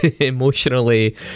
emotionally